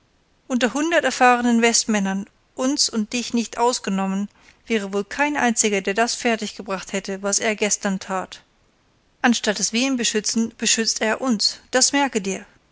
unter hundert erfahrenen westmännern uns und dich nicht ausgenommen wäre wohl kein einziger der das fertig gebracht hätte was er gestern tat anstatt daß wir ihn beschützen beschützt er uns das merke dir